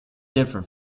differ